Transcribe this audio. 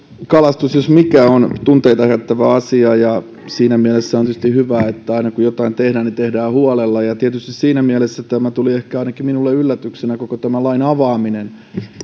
kalastus jos mikä on tunteita herättävä asia ja siinä mielessä on tietysti hyvä että aina kun jotain tehdään niin tehdään huolella ja tietysti siinä mielessä ainakin minulle tuli ehkä yllätyksenä koko tämän lain avaaminen